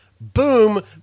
boom